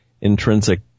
intrinsic